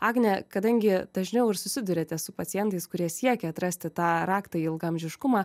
agne kadangi dažniau ir susiduriate su pacientais kurie siekia atrasti tą raktą į ilgaamžiškumą